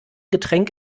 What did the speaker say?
getränk